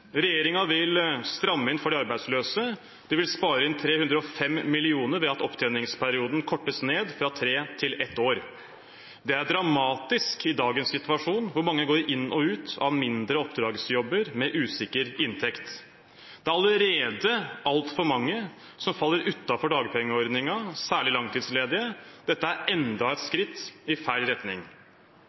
vil stramme inn for de arbeidsløse. De vil spare inn 305 mill. kr ved at opptjeningsperioden kortes ned fra tre til ett år. Det er dramatisk i dagens situasjon, hvor mange går inn og ut av mindre oppdragsjobber med usikker inntekt. Det er allerede altfor mange som faller utenfor dagpengeordningen, særlig langtidsledige. Dette er enda et skritt i feil retning.